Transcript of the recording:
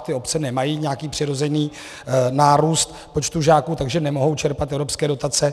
Ty obce nemají nějaký přirozený nárůst počtu žáků, takže nemohou čerpat evropské dotace.